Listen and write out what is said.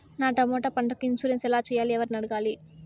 నా టమోటా పంటకు ఇన్సూరెన్సు ఎలా చెయ్యాలి? ఎవర్ని అడగాలి?